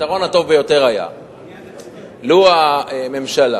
הפתרון הטוב ביותר היה לו הקצתה הממשלה